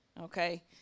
okay